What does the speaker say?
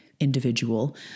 individual